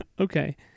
Okay